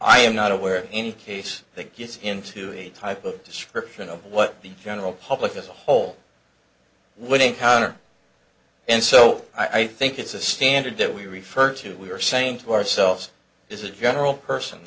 i'm not aware of any case that gets into a type of description of what the general public as a whole would encounter and so i think it's a standard that we refer to we are saying to ourselves this is a general person